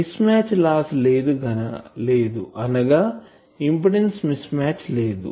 miss match loss లేదు అనగా impedance mismatch లేదు